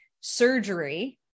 surgery